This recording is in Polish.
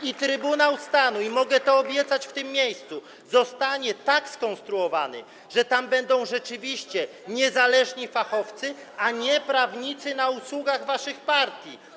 I Trybunał Stanu - mogę to obiecać w tym miejscu - zostanie tak skonstruowany, że będą tam rzeczywiście niezależni fachowcy, a nie prawnicy na usługach waszych partii.